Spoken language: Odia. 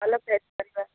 ଭଲ ଫ୍ରେସ୍ ପରିବା ଅଛି